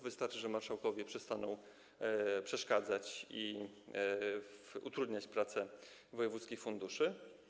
Wystarczy, że marszałkowie przestaną przeszkadzać i utrudniać pracę wojewódzkim funduszom.